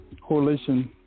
coalition